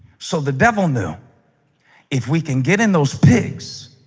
so the devil knew if we can get in those pigs,